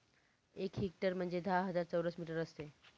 एक हेक्टर म्हणजे दहा हजार चौरस मीटर असते